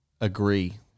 agree